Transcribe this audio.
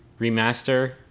remaster